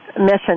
mission